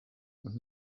und